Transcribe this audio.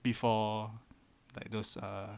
before like those err